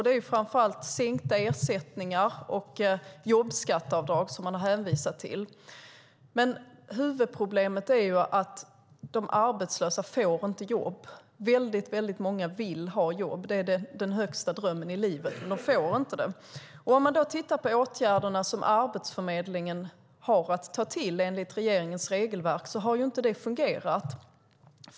Det är framför allt sänkta ersättningar och jobbskatteavdrag man har hänvisat till. Huvudproblemet är dock att de arbetslösa inte får jobb. Väldigt många vill ha jobb - det är den högsta drömmen i livet - men det får inte det. Om man då tittar på de åtgärder Arbetsförmedlingen enligt regeringens regelverk har att ta till ser man att de inte har fungerat.